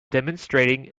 demonstrating